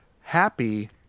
Happy